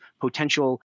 potential